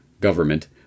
government